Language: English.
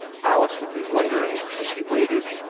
alice would be wondering as she waited.